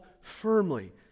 firmly